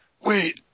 Wait